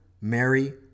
Mary